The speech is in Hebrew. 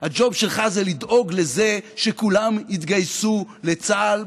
הג'וב שלך זה לדאוג לזה שכולם יתגייסו לצה"ל,